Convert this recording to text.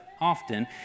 often